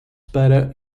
para